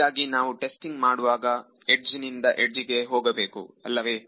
ಹೀಗಾಗಿ ನಾವು ಟೆಸ್ಟಿಂಗ್ ಮಾಡುವಾಗ ಅಂಚಿನಿಂದ ಅಂಚಿಗೆ ಹೋಗಬೇಕು ಅಲ್ಲವೇ